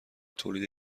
تولید